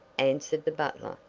answered the butler,